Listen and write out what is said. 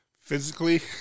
Physically